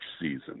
season